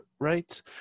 right